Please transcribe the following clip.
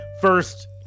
First